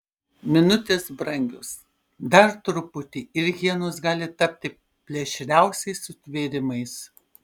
minutės brangios dar truputį ir hienos gali tapti plėšriausiais sutvėrimais